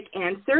answer